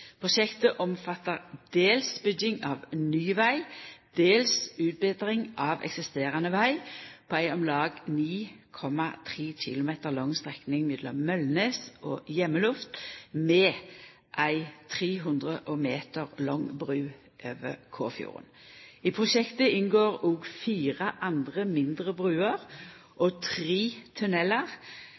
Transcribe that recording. Prosjektet omfattar dels bygging av ny veg, dels utbetring av eksisterande veg på ei om lag 9,3 km lang strekning mellom Møllnes og Hjemmeluft, med ei 390 meter lang bru over Kåfjorden. I prosjektet inngår òg fire andre mindre bruer og tre